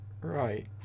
Right